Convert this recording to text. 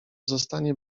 zostanie